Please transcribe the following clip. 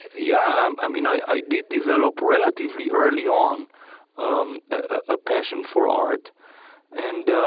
yeah. um i mean, i did develop relatively early on um a passion for art and